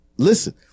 Listen